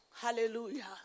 Hallelujah